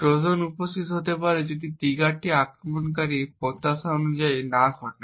Trojan উপস্থিত হতে পারে যদি ট্রিগারটি আক্রমণকারীর প্রত্যাশা অনুযায়ী না ঘটে